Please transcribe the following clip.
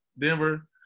Denver